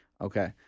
Okay